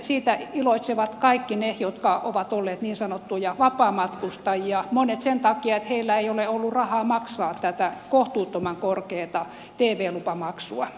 siitä iloitsevat kaikki ne jotka ovat olleet niin sanottuja vapaamatkustajia monet sen takia että heillä ei ole ollut rahaa maksaa tätä kohtuuttoman korkeata tv lupamaksua